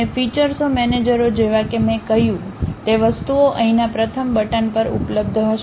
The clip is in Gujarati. અને ફીચૅસઓ મેનેજરો જેવા કે મેં કહ્યું તે વસ્તુઓ અહીંના પ્રથમ બટન પર ઉપલબ્ધ થશે